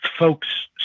folks